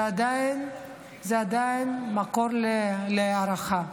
זה עדיין מקור להערכה.